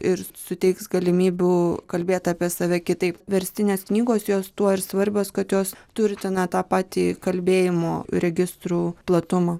ir suteiks galimybių kalbėt apie save kitaip verstinės knygos jos tuo ir svarbios kad jos turtina tą patį kalbėjimo registrų platumą